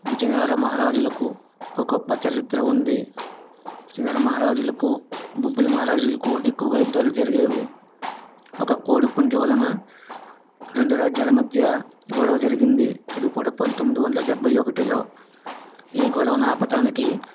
విజయనగర మహారాజులకు ఒక గొప్ప చరిత్ర ఉంది విజయనగర మహారాజులకు బొబ్బిలి మహారాజులకు ఎక్కువగా యుద్ధాలు జరిగేవి ఒక కోడిపుంజు వలన రెండు రాజ్యాల మధ్య గొడవ జరిగింది అది కూడా పంతొమ్మిది వందల డెబ్భై ఒకటిలో ఈ గొడవని ఆపటానికి